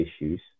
issues